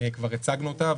כבר הצגנו אותה,